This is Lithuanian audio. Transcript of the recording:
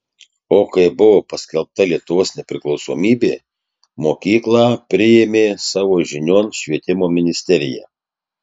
o kai buvo paskelbta lietuvos nepriklausomybė mokyklą priėmė savo žinion švietimo ministerija